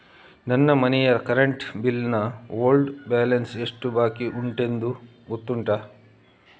ನನ್ನ ಮನೆಯ current bill ನ ಓಲ್ಡ್ ಬ್ಯಾಲೆನ್ಸ್ ಎಷ್ಟು ಬಾಕಿಯುಂಟೆಂದು ಗೊತ್ತುಂಟ?